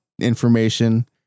information